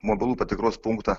mobilų patikros punktą